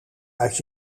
uit